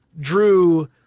drew